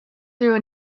through